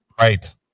Right